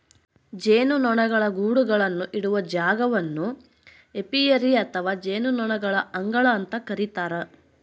ಜೇನುನೊಣಗಳ ಗೂಡುಗಳನ್ನು ಇಡುವ ಜಾಗವನ್ನು ಏಪಿಯರಿ ಅಥವಾ ಜೇನುನೊಣಗಳ ಅಂಗಳ ಅಂತ ಕರೀತಾರ